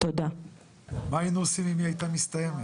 מה היינו עושים אם היא הייתה מסתיימת?